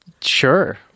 Sure